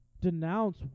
denounce